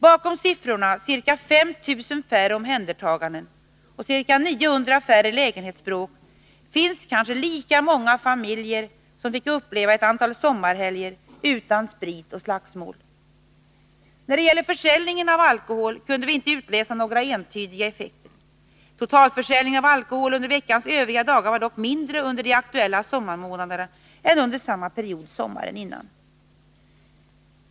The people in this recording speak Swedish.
Bakom siffrorna — ca 5 000 färre omhändertaganden och ca 900 färre lägenhetsbråk — finns kanske lika många familjer som fick uppleva ett antal sommarhelger utan sprit och slagsmål. När det gäller försäljningen av alkohol kunde vi inte utläsa någon entydig effekt. Totalförsäljningen av alkohol under veckans övriga dagar var dock mindre under de aktuella sommarmånaderna än under samma period sommaren innan.